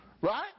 Right